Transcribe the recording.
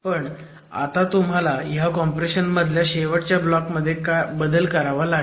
पण आता तुम्हाला ह्या कॉम्प्रेशन मधल्या शेवटच्या ब्लॉकमध्ये बदल करावा लागेल